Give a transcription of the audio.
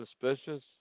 suspicious